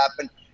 happen